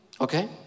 Okay